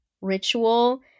ritual